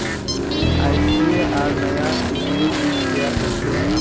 ICAR नाया किस्मेर बीज तैयार करछेक